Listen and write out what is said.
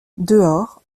dehors